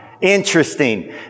Interesting